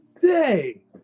today